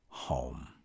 Home